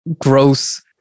gross